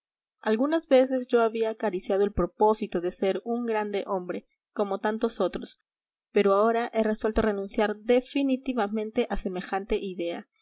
algunas veces yo había acariciado el propósito de ser un grande hombre como tantos otros pero ahora he resuelto renunciar definitivamente a semejante idea